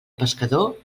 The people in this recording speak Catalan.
pescador